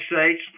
States